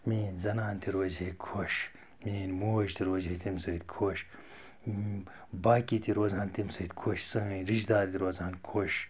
میٛٲنۍ زَنان تہِ روزِ ہے خۄش میٛٲنۍ موج تہِ روزِ ہے تَمہِ سۭتۍ خۄش باقٕے تہِ روزِ ہان تَمہِ سۭتۍ خۄش سٲنۍ رِشتہٕ دار تہِ روزِ ہان خۄش